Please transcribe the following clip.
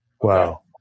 Wow